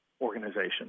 organization